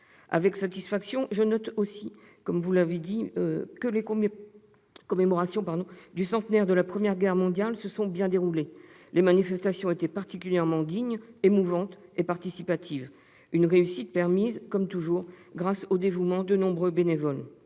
les conflits. Je note aussi avec satisfaction que les commémorations du centenaire de la fin de la Première Guerre mondiale se sont bien déroulées. Les manifestations étaient particulièrement dignes, émouvantes et participatives : une réussite permise, comme toujours, grâce au dévouement de nombreux bénévoles.